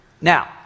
Now